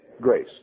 grace